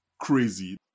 crazy